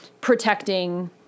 protecting